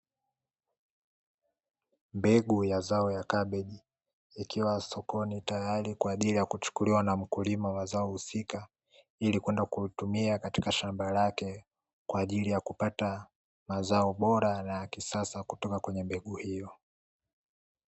Mbegu ya zao la kabeji, ikiwa sokoni tayari kuchukuliwa na mkulima wa zao hilo ili kwenda kuitumia Katika shamba lake ili aweze kupata mazao bora na yakisasa kutoka kwenye mbegu hiyo.